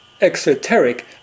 exoteric